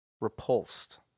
repulsed